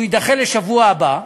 שהוא יידחה לשבוע הבא.